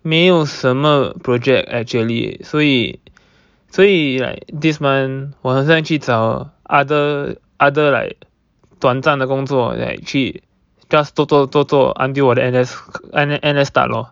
没有什么 project actually 所以所以 like this month 我很像去找 other other like 短暂的工作 like 去 just 做做做做 until 我的 N_S N_S start lor